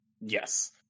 Yes